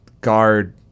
guard